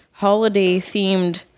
holiday-themed